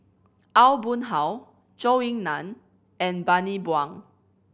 Aw Boon Haw Zhou Ying Nan and Bani Buang